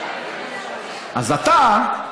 אז אתה,